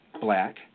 black